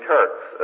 Turks